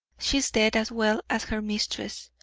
she's dead as well as her mistress.